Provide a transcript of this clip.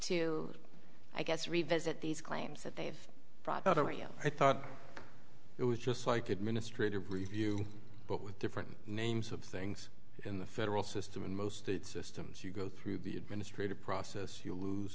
to i guess revisit these claims that they've brought over you i thought it was just like administrative review but with different names of things in the federal system in most states systems you go through the administrative process you lose